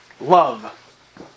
Love